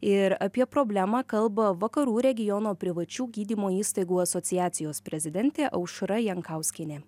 ir apie problemą kalba vakarų regiono privačių gydymo įstaigų asociacijos prezidentė aušra jankauskienė